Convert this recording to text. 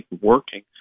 working